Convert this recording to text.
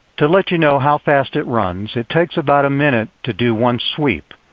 to let you know how fast it runs. it takes about a minute to do one sweep.